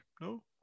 no